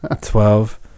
twelve